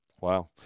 Wow